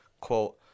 quote